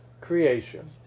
creation